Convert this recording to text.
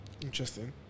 Interesting